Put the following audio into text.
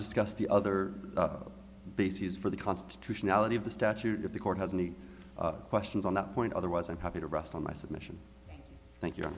discuss the other bases for the constitutionality of the statute if the court has any questions on that point otherwise i'm happy to rest on my submission thank you